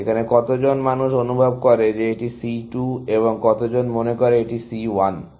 এখানে কতজন মানুষ অনুভব করে যে এটি C 2 এবং কতজন মনে করে এটি C 1